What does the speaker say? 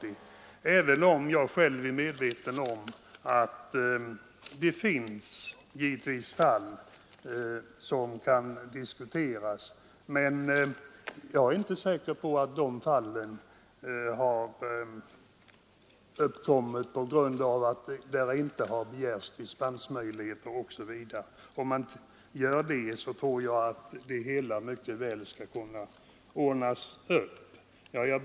Jag är givetvis medveten om att det finns fall som kan diskuteras. Men jag är inte säker på att de fallen hade uppkommit om man begärt dispens. Om man hade gjort det, så tror jag att sådana fall mycket väl kunde ha ordnats upp. Herr talman!